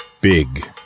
Big